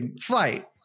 fight